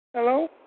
Hello